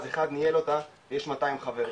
אחד ניהל אותה ויש 200 חברים,